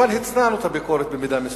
אבל הצנענו את הביקורת במידה מסוימת.